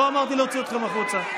לא אמרתי להוציא אתכם החוצה.